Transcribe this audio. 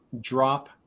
drop